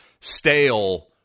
stale